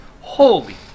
holy